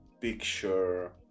picture